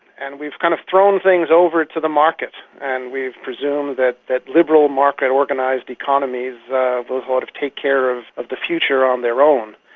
and we've kind of thrown things over to the market and we've presumed that that liberal market organised economies will sort of take care of of the future on their own.